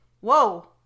Whoa